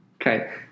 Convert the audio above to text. Okay